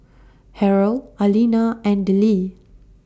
Harrell Arlena and Dellie